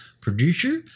Producer